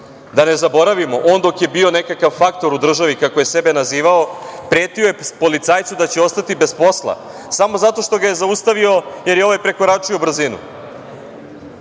Da ne zaboravimo, on dok je bio nekakav faktor u državi, kako je sebe nazivao, pretio je policajcu da će ostati bez posla samo zato što ga je zaustavio, jer je ovaj prekoračio brzinu. Dokle